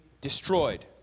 destroyed